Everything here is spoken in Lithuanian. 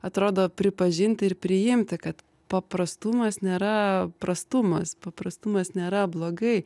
atrodo pripažinti ir priimti kad paprastumas nėra prastumas paprastumas nėra blogai